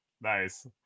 Nice